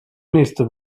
nächste